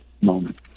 moment